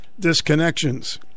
disconnections